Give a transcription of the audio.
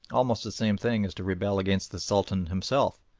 almost the same thing as to rebel against the sultan himself,